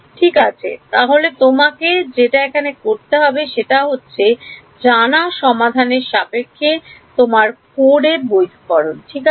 ঠিক আছে তাহলে তোমাকে যেটা এখানে করতে হবে সেটা হচ্ছে জানা সমাধানের সাপেক্ষে তোমার code এর বৈধকরণ ঠিক আছে